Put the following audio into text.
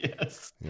yes